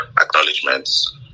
acknowledgements